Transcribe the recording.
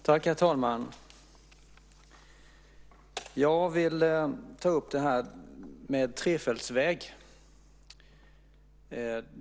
Herr talman! Jag vill ta upp det som handlar om trefältsvägar.